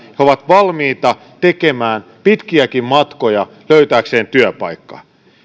he ovat valmiita tekemään pitkiäkin matkoja löytääkseen työpaikan